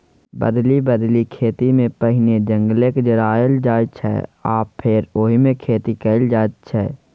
बदलि बदलि खेतीमे पहिने जंगलकेँ जराएल जाइ छै आ फेर ओहिमे खेती कएल जाइत छै